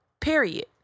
period